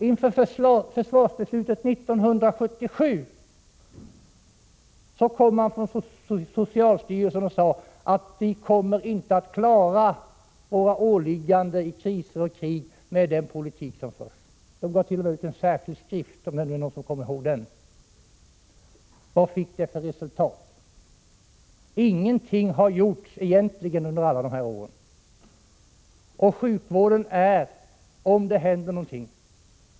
Inför försvarsbeslutet 1977 sade socialstyrelsen att man med den politik som fördes inte skulle komma att klara sina åligganden i kriser och krig. Man gav t.o.m. ut en särskild skrift, om nu någon kommer ihåg den. Vad fick det för resultat? Ingenting har egentligen gjorts under alla de här åren.